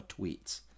tweets